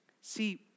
See